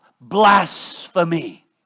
blasphemy